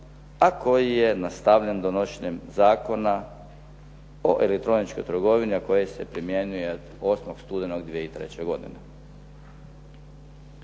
a koji je nastavljen donošenjem Zakona o elektroničkoj trgovini, a koji se primjenjuje od 8. studenog 2003. godine.